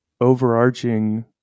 overarching